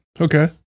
Okay